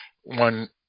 one